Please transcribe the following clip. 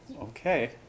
okay